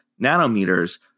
nanometers